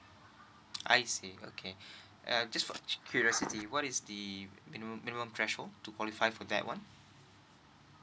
I see okay uh just for curiously what is the minimum minimum threshold to qualify for that one